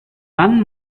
wann